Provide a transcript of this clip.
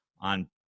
on